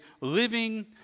living